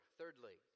thirdly